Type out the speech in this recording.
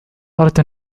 أردت